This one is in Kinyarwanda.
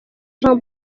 jean